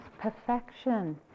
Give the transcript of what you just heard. perfection